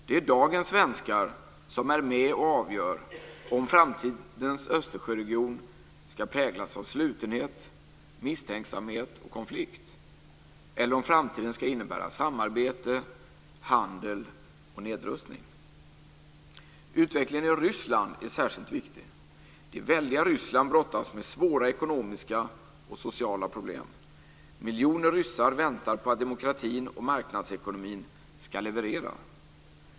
Det är dagens svenskar som är med och avgör om framtidens Östersjöregion ska präglas av slutenhet, misstänksamhet och konflikt, eller om framtiden ska innebära samarbete, handel och nedrustning. Utvecklingen i Ryssland är särskilt viktig. Det väldiga Ryssland brottas med svåra ekonomiska och sociala problem. Miljoner ryssar väntar på att demokratin och marknadsekonomin ska leverera.